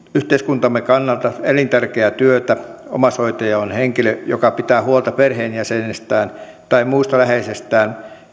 yhteiskuntamme kannalta elintärkeää työtä omaishoitaja on henkilö joka pitää huolta perheenjäsenestään tai muusta läheisestään